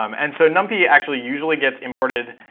um and so numpy actually usually gets imported